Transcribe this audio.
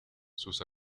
sus